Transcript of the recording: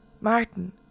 Martin